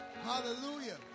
Hallelujah